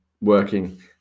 working